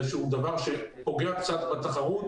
זה איזשהו דבר שפוגע קצת בתחרות,